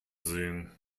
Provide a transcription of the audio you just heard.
sehen